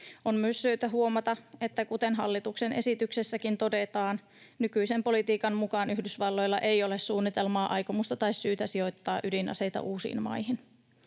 On myös syytä huomata, että kuten hallituksen esityksessäkin todetaan, nykyisen politiikan mukaan Yhdysvalloilla ei ole suunnitelmaa, aikomusta tai syytä sijoittaa ydinaseita uusiin maihin.